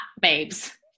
babes